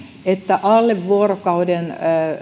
että alle vuorokauden